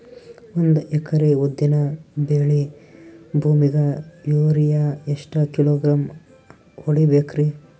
ಒಂದ್ ಎಕರಿ ಉದ್ದಿನ ಬೇಳಿ ಭೂಮಿಗ ಯೋರಿಯ ಎಷ್ಟ ಕಿಲೋಗ್ರಾಂ ಹೊಡೀಬೇಕ್ರಿ?